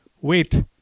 wait